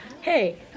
Hey